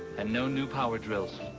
and no new power drills.